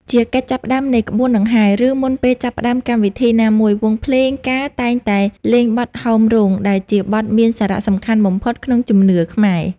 ជាកិច្ចចាប់ផ្ដើមនៃក្បួនដង្ហែ ឬមុនពេលចាប់ផ្តើមកម្មវិធីណាមួយ វង់ភ្លេងការតែងតែលេងបទ ហោមរោង ដែលជាបទមានសារៈសំខាន់បំផុតក្នុងជំនឿខ្មែរ។